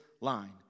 line